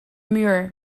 muur